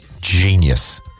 genius